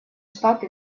штаты